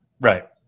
right